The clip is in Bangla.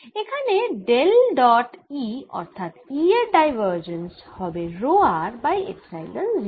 এখন ডেল ডট E অর্থাৎ E এর ডাইভার্জেন্স হবে রো r বাই এপসাইলন 0